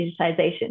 digitization